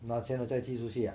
拿钱了再寄出去啊